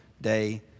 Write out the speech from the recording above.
day